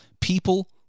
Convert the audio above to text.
people